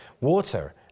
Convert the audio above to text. Water